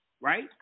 right